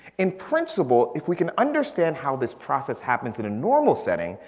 in principle, if we can understand how this process happens in a normal setting.